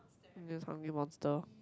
I'm just hungry monster